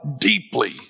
deeply